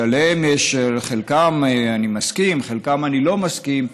שעם חלקם אני מסכים ועם חלקם אני לא מסכים,